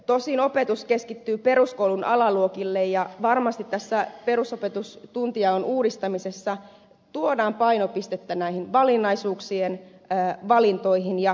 tosin opetus keskittyy peruskoulun alaluokille ja varmasti tässä perusopetuksen tuntijaon uudistamisessa tuodaan painopistettä näihin valinnaisaineisiin ja kerhotoimintaan